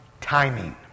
timing